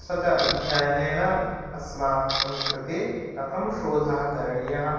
सः च अध्ययनेन अस्माकं कृते कथं शोधः करणीयः